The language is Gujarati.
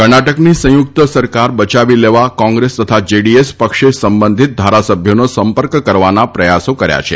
કર્ણાટકની સંયુક્ત સરકાર બચાવી લેવા કોંગ્રેસ તથા જેડીએસ પક્ષે સંબંધિત ધારાસભ્યોનો સંપર્ક કરવાના સઘન પ્રયાસો કર્યા છે